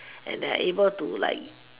and they're able to like